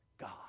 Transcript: God